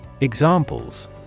Examples